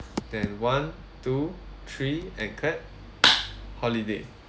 then one two three and clap holiday